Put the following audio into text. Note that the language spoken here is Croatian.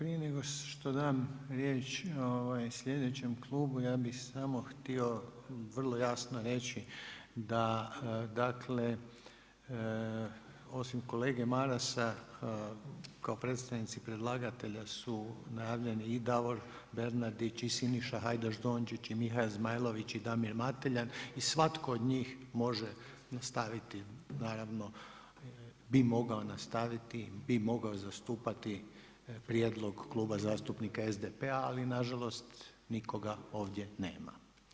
Prije nego što dam riječ slijedećem klubu ja bih samo htio vrlo jasno reći da dakle osim kolege Marasa kao predstavnici predlagatelja su najavljeni i Davor Bernardić i Siniša Hajdaš Dončić, i Mihael Zmajlović i Damir Mateljan, i svatko od njih može nastaviti naravno, bi mogao nastaviti, bi mogao zastupati prijedlog Kluba zastupnika SDP-a ali nažalost nikoga ovdje nema.